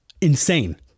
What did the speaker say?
insane